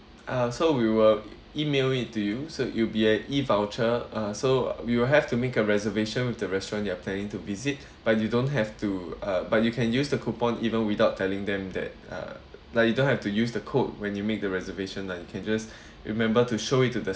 uh so we will email it to you so it'll be a E voucher uh so we will have to make a reservation with the restaurant you are planning to visit but you don't have to uh but you can use the coupon even without telling them that uh like you don't have to use the code when you make the reservation like you can just remember to show it to the